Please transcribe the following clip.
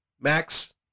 Max